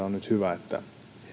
on hyvä että